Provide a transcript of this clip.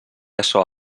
açò